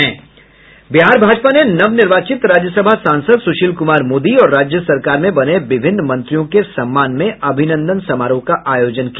बिहार भाजपा ने नवनिर्वाचित राज्यसभा सांसद सुशील कुमार मोदी और राज्य सरकार में बने विभिन्न मंत्रियों के सम्मान में अभिनंदन समारोह का आयोजन किया